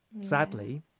Sadly